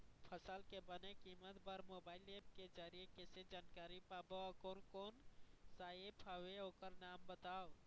फसल के बने कीमत बर मोबाइल ऐप के जरिए कैसे जानकारी पाबो अउ कोन कौन कोन सा ऐप हवे ओकर नाम बताव?